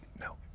No